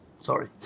sorry